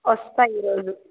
వస్తా ఈరోజు